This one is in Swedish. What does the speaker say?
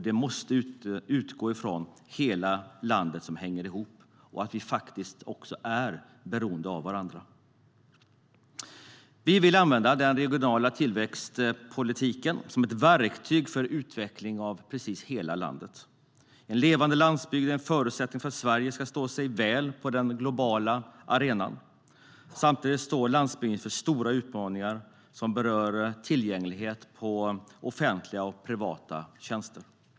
Den måste utgå från att hela landet hänger ihop och att vi är beroende av varandra. Vi vill använda den regionala tillväxtpolitiken som ett verktyg för utveckling av precis hela landet. En levande landsbygd är en förutsättning för att Sverige ska stå sig väl på den globala arenan. Samtidigt står landsbygden inför stora utmaningar vad gäller tillgänglighet till offentliga och privata tjänster.